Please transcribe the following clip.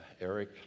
Eric